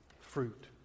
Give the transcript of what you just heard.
fruit